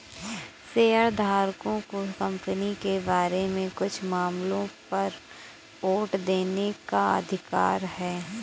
शेयरधारकों को कंपनी के बारे में कुछ मामलों पर वोट देने का अधिकार है